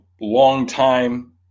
longtime